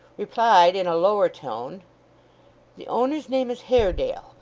replied in a lower tone the owner's name is haredale,